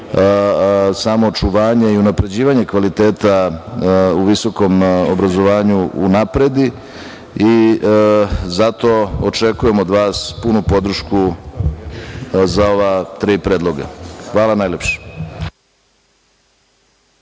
samo očuvanje i unapređenje kvaliteta u visokom obrazovanju unapredi i zato očekujem od vas punu podršku za ova tri predloga. Hvala najlepše.